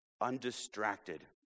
undistracted